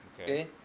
Okay